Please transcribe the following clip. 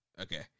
Okay